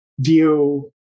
view